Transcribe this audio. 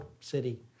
city